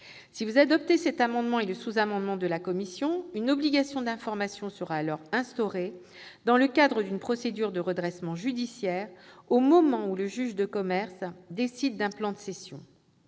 Si vous adoptez cet amendement modifié par le sous-amendement de notre commission, une obligation d'information sera alors instaurée dans le cadre d'une procédure de redressement judiciaire, au moment où le juge de commerce décide d'un plan de cession.